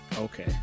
Okay